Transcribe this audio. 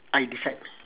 I decide